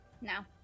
No